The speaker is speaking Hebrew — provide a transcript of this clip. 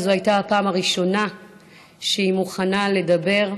וזו הייתה הפעם הראשונה שהיא הייתה מוכנה לדבר,